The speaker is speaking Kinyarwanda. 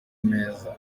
meza